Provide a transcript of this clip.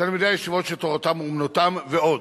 תלמידי הישיבות שתורתם אומנותם, ועוד.